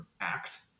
act